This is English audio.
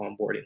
onboarding